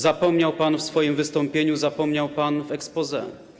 Zapomniał pan w swoim wystąpieniu, zapomniał pan w exposé.